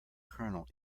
kernel